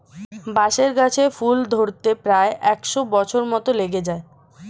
বাঁশের গাছে ফুল ধরতে প্রায় একশ বছর মত লেগে যায়